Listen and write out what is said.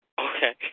Okay